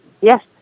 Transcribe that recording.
Yes